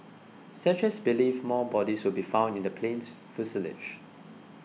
searchers believe more bodies will be found in the plane's fuselage